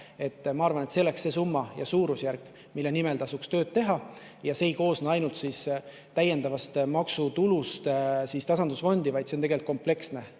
Ma arvan, et see oleks see summa ja suurusjärk, mille nimel tasuks tööd teha. Ja see summa ei koosneks ainult täiendavast maksutulust tasandusfondi, vaid see oleks tegelikult kompleksne.